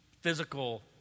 physical